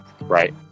right